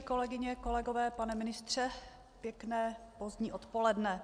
Kolegyně, kolegové, pane ministře, pěkné pozdní odpoledne.